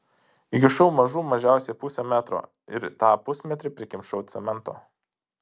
įkišau mažų mažiausiai pusę metro ir tą pusmetrį prikimšau cemento